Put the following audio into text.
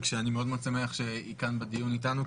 שאני מאוד שמח שהיא כאן בדיון איתנו,